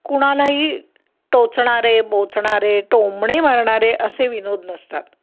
कुणालाही टोचणारे बोचणारे टोमणे मारणारे असे विनोद नसतात